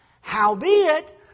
Howbeit